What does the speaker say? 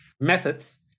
methods